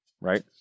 right